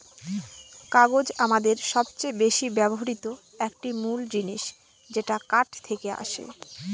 কাগজ আমাদের সবচেয়ে বেশি ব্যবহৃত একটি মূল জিনিস যেটা কাঠ থেকে আসে